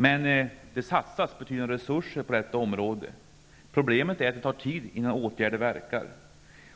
Men det satsas betydande resurser på detta område. Problemet är att det tar tid innan åtgärder verkar.